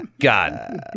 God